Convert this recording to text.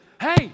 Hey